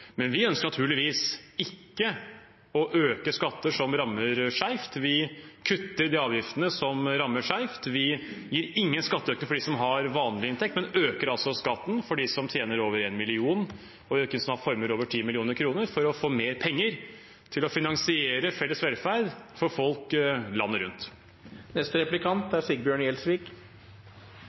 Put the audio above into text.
Men vi ønsker naturligvis ikke å øke skatter som rammer skeivt. Vi kutter de avgiftene som rammer skeivt. Vi gir ingen skatteøkninger for dem som har vanlig inntekt, men øker skatten for dem som tjener over 1 mill. kr, og som har formuer over 10 mill. kr, for å få mer penger til å finansiere felles velferd for folk landet